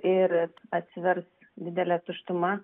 ir atsivers didelė tuštuma